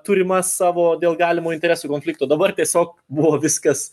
turimas savo dėl galimo interesų konflikto dabar tiesiog buvo viskas